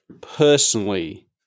personally